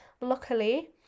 luckily